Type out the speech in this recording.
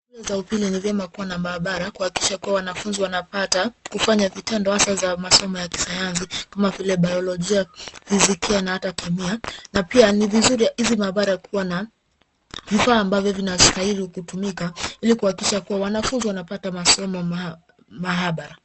Shule za upili ni vyema kuwa na mahabara, kuhakikisha kuwa wanafunzi wanapata kufanya vitendo hasaa za masomo ya kisayansi kama vile biolojia, fizikia na hata kemia. Na pia ni vizuri hizi mahabara kuwa na vifaa ambavyo vinastahili kutumika ili kuhakikisha kuwa wanafunzi wanapata masomo mahabara.